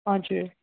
हजुर